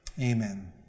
amen